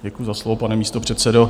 Děkuji za slovo, pane místopředsedo.